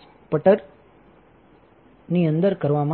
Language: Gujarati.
સ્પટર સિસ્ટમની અંદર કરવામાં આવે છે